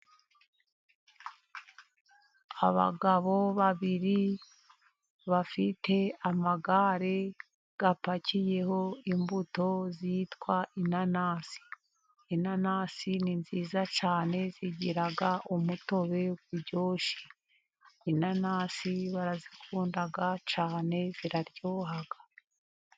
Abagabo babiri bafite amagare apakiyeho imbuto zitwa inanasi , inanasi ni nziza cyane zigira mutobe uryoshye, inanasi barazikunda cyane ziraryoha.